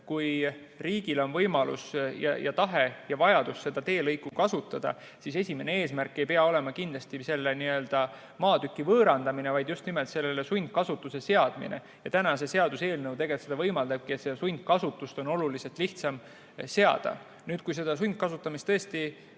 kui riigil on võimalus ja tahe ja vajadus mõnda teelõiku kasutada, siis esimene eesmärk ei pea olema kindlasti selle maatüki võõrandamine, vaid just nimelt sellele sundkasutuse seadmine. See seaduseelnõu tegelikult seda võimaldabki ja sundkasutust on oluliselt lihtsam seada. Kui sundkasutamist mingitel